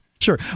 sure